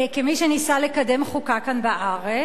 כמי שניסה לקדם חוקה כאן בארץ,